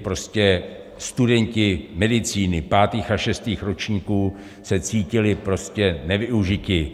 Prostě studenti medicíny pátých a šestých ročníků se cítili prostě nevyužiti.